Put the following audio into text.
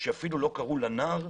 שאפילו לא קראו לנער,